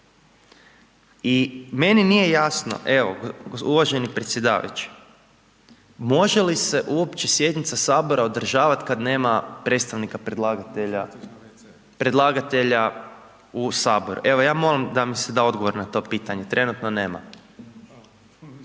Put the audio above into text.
I meni nije jasno evo, uvaženi predsjedavajući, može li se uopće sjednica Sabora održavati kada nema predstavnika predlagatelja u Sabor? Evo ja molim da mi se da odgovor na to pitanje, trenutno nema.